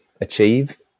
achieve